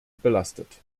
belastet